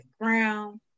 ground